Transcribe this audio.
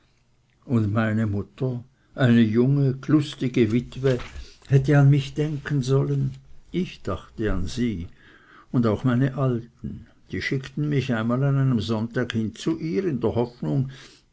und meine mutter eine junge g'lustige witwe hätte an mich denken sollen ich dachte an sie und auch meine alten die schickten mich einmal an einem sonntag hin zu ihr in der hoffnung